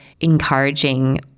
encouraging